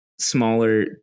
smaller